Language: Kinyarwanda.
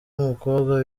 w’umukobwa